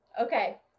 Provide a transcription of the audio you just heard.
Okay